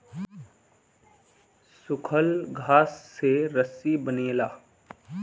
सूखल घास से रस्सी बनेला